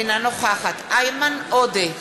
אינה נוכחת איימן עודה,